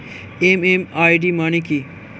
MMID মানে কি?